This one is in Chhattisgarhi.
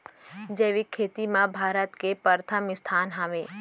जैविक खेती मा भारत के परथम स्थान हवे